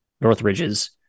Northridge's